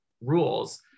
rules